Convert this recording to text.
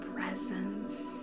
presence